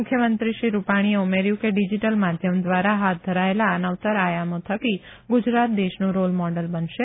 મુખ્યમંત્રી શ્રી રૂપાણીએ ઉમેર્યું કે ડીજીટલ માધ્યમ દ્વારા હાથ ધરાયેલા આ નવતર આયામો થકી ગુજરાત દેશનું રોલ મોડલ બનશે